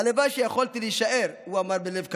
הלוואי שיכולתי להישאר, הוא אמר בלב כבד.